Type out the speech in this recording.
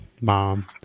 mom